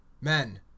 Men